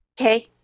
Okay